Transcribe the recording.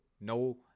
No